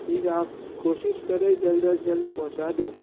ٹھیک ہے آپ کوشش کریں جلد از جلد پہنچا دیں